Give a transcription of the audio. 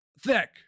thick